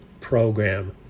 program